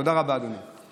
תודה רבה, אדוני.